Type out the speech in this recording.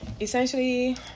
essentially